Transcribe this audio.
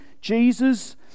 Jesus